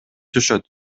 түшөт